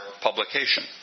publication